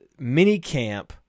minicamp